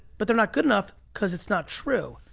but they're not good enough, cause it's not true.